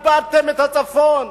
איבדתם את הצפון.